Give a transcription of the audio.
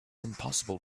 impossible